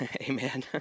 Amen